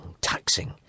taxing